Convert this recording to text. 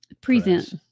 Present